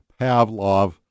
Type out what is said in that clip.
Pavlov